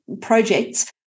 projects